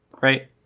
right